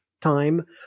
time